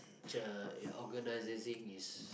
organising is